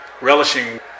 relishing